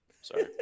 Sorry